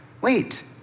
wait